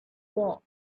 war